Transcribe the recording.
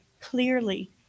clearly